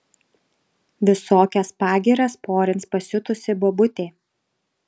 visokias pagyras porins pasiutusi bobutė